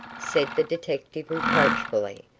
said the detective reproachfully.